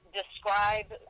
describe